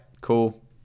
Cool